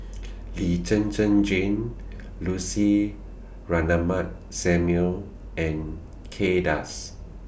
Lee Zhen Zhen Jane Lucy Ratnammah Samuel and Kay Das